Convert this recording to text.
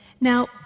Now